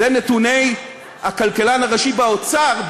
אלה נתוני הכלכלן הראשי באוצר,